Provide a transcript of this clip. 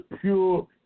pure